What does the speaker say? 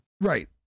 right